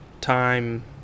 time